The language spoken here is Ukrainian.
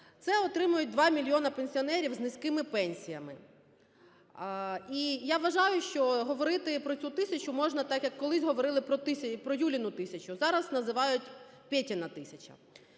Це отримають 2 мільйони пенсіонерів з низькими пенсіями. І я вважаю, що говорити про цю тисячу можна так, як колись говорили про "Юліну тисячу". Зараз називають "Петіна тисяча".